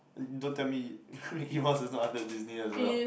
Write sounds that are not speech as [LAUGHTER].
[NOISE] don't tell me [LAUGHS] Mickey-Mouse is not under Disney as well